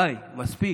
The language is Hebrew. די, מספיק.